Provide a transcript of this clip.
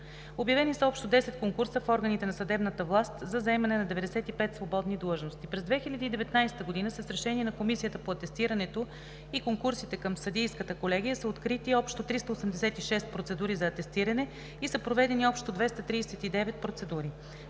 Обявени са общо 10 конкурса в органите на съдебната власт за заемане на 95 свободни длъжности. През 2019 г. с решение на Комисията по атестирането и конкурсите към Съдийската колегия са открити общо 386 процедури за атестиране и са проведени общо 239 процедури.